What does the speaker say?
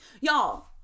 y'all